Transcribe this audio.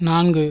நான்கு